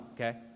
okay